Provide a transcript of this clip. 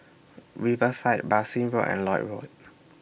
Riverside Bassein Road and Lloyd Road